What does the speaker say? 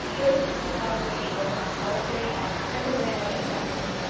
there was the tea-pot on the table, and the solitary cup, and the bread and butter,